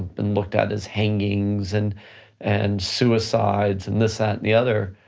been looked at as hangings and and suicides and this, that the other,